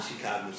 Chicago